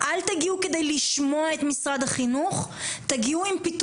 מול משרד החינוך על מנת שדברים כאלה לא